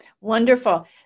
Wonderful